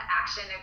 action